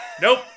Nope